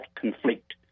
conflict